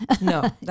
No